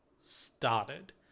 started